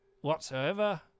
whatsoever